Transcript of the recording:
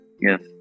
yes